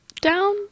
down